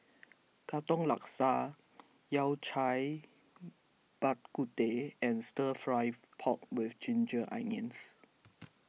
Katong Laksa Yao Cai Bak Kut Teh and Stir Fried Pork with Ginger Onions